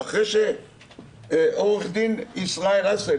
אחרי שעורך הדין ישראל אסל